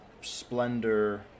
splendor